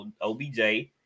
obj